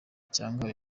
cyangwa